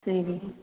சரி